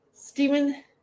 Stephen